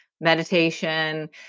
meditation